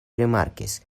rimarkis